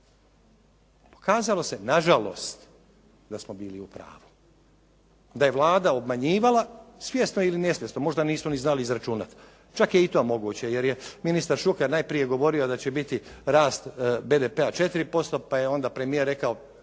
Pokazalo se na žalost da smo bili u pravu, da je Vlada obmanjivala svjesno ili nesvjesno, možda nisu ni znali izračunati. Čak je i to moguće, jer je ministar Šuker najprije govorio da će biti rast BDP-a 4%, pa je onda premijer rekao